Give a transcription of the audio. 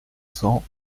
cents